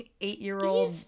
Eight-year-old